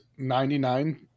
99%